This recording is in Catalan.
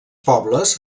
pobles